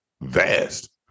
vast